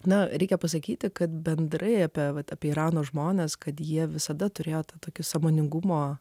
na reikia pasakyti kad bendrai apie vat apie irano žmones kad jie visada turėjo tokius sąmoningumo